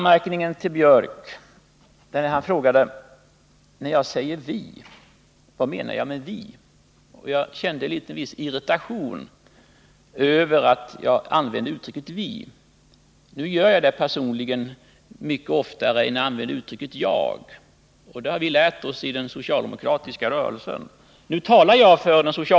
Professor Biörck frågar också vad jag menar när jag säger ”vi”. Han kände tydligen en viss irritation över att jag använde ordet ”vi”. Nu använder jag personligen det ordet mycket oftare än ”jag”. Det har vi lärt oss i den socialdemokratiska rörelsen.